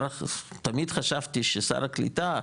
תמיד חשבתי ששר הקליטה,